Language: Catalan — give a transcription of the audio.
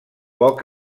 poc